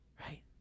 Right